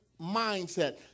mindset